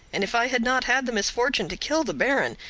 and if i had not had the misfortune to kill the baron,